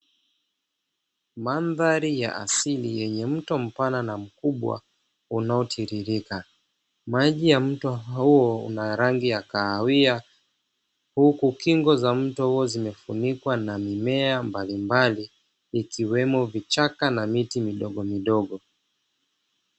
Mandhari ya asili yenye mto mpana unaotririka, maji ya mto huo ya rangi ya kahawia huku kingo za mto huo, zimefunikwa na mimea mbalimbali ikiwemo vichaka na miti midogo midogo.